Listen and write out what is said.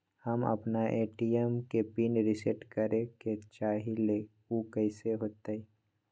हम अपना ए.टी.एम के पिन रिसेट करे के चाहईले उ कईसे होतई?